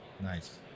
Nice